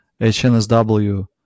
HNSW